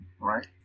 Right